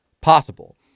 possible